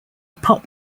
pop